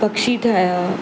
पख़ी ठाहिया